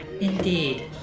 Indeed